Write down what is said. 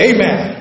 Amen